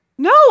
No